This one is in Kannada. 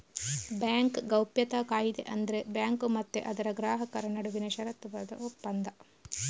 ಬ್ಯಾಂಕ್ ಗೌಪ್ಯತಾ ಕಾಯಿದೆ ಅಂದ್ರೆ ಬ್ಯಾಂಕು ಮತ್ತೆ ಅದರ ಗ್ರಾಹಕರ ನಡುವಿನ ಷರತ್ತುಬದ್ಧ ಒಪ್ಪಂದ